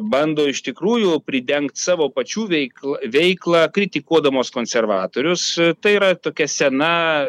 bando iš tikrųjų pridengti savo pačių veiklą veiklą kritikuodamos konservatorius tai yra tokia sena